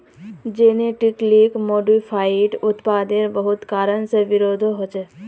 genetically modified उत्पादेर बहुत कारण से विरोधो होछे